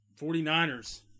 49ers